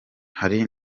hari